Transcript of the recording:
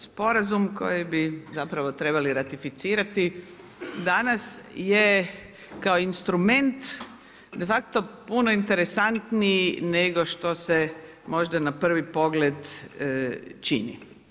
Sporazum koji bi zapravo trebali ratificirati danas je kao instrument de facto puno interesantniji nego što se možda na prvi pogled čini.